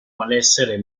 malessere